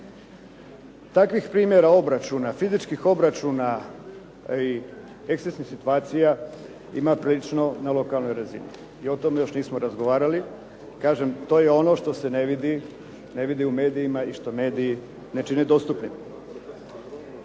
Takvih primjera obračuna, fizičkih obračuna i ekscesnih situacija, ima prilično na lokalnoj razni i o tome još nismo razgovarali. Kažem to je ono što se ne vidi u medijima i što mediji ne čine dostupne.